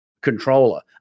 controller